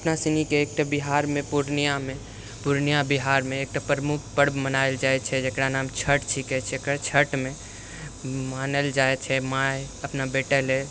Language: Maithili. अपनासनीके एकटा बिहारमे पूर्णियामे पूर्णिया बिहारमे एकटा प्रमुख पर्व मनाएल जाइ छै जकर नाम छठ छिकै एकर छठमे मानल जाइ छै माइ अपना बेटा लेल